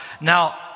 Now